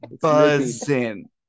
Buzzing